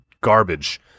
garbage